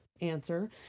answer